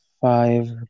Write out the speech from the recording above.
five